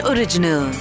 Original